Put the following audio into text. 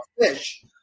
fish